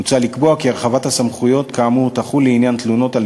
מוצע לקבוע כי הרחבת הסמכויות כאמור תחול לעניין תלונות על